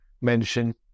mention